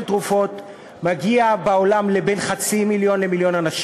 תרופות מגיע בעולם לבין חצי מיליון למיליון.